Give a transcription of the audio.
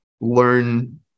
learn